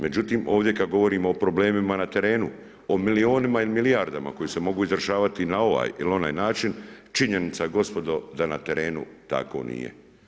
Međutim, ovdje kad govorimo o problemima na terenu, o milijunima i milijardama koje se mogu … na ovaj ili onaj način, činjenica gospodo, da na terenu tako nije.